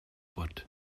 but